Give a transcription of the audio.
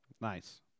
Nice